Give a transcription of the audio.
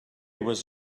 was